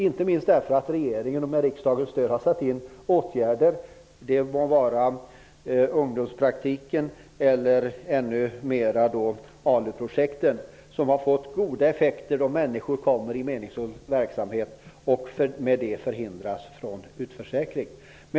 Inte minst beror det på att regeringen har, med riksdagens stöd, vidtagit åtgärder, t.ex. ungdomspraktik och ALU-projekt, som har fått goda effekter. Människor har fått meningsfulla jobb och förhindrats från att utförsäkras. Herr talman!